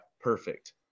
perfect